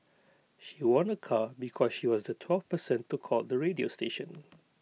she won A car because she was the twelfth person to call the radio station